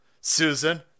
Susan